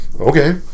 okay